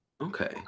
okay